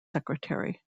secretary